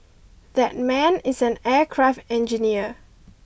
that man is an aircraft engineer